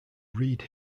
reid